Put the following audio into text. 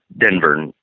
Denver